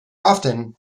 often